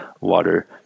water